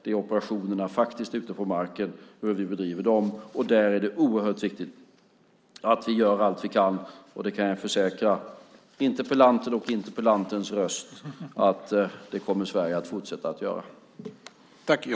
Det är oerhört viktigt att vi gör allt vi kan när det faktiskt gäller operationerna ute på marken och hur vi bedriver dem. Jag kan försäkra interpellanten och interpellantens röst att Sverige kommer att fortsätta att göra det.